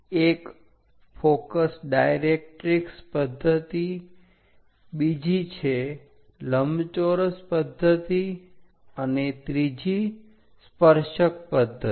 એક focus directrix પદ્ધતિ બીજી છે લંબચોરસ પદ્ધતિ અને ત્રીજી સ્પર્શક પદ્ધતિ